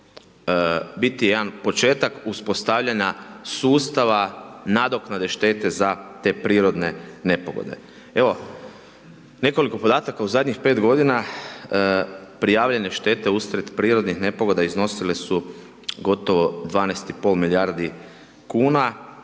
biti jedan početak uspostavljanja sustava nadoknade štete za te prirodne nepogode? Evo, nekoliko podataka, u zadnjih 5 godina prijavljene štete usred prirodnih nepogoda iznosile su gotovo 12,5 milijardi kuna,